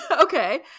okay